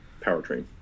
powertrain